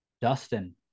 Dustin